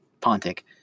Pontic